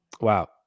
Wow